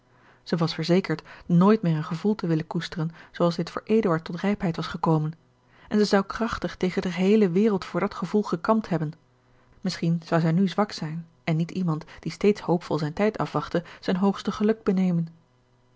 zij was verzekerd nooit meer een gevoel te willen koesteren zooals dit voor eduard tot rijpheid was gekomen en zij zou krachtig tegen de geheele wereld voor dat gevoel gekampt hebben misschien zou zij nu zwak zijn en niet langer george een ongeluksvogel iemand die steeds hoopvol zijn tijd afwachtte zijn hoogste geluk benemen